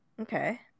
Okay